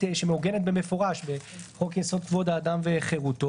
שמעוגנת במפורש בחוק-יסוד: כבוד האדם וחירותו,